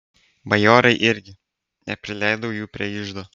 bajorai irgi neprileidau jų prie iždo